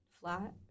flat